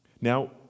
Now